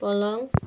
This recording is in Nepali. पलङ